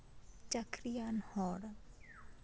ᱪᱟᱹᱠᱨᱤᱭᱟᱱ ᱦᱚᱲ